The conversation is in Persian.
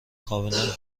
کاملا